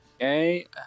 Okay